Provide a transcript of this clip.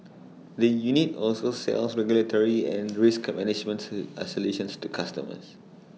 the unit also sells regulatory and risk management to A solutions to customers